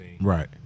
Right